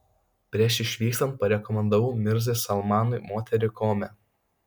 prieš išvykstant parekomendavau mirzai salmanui moterį kome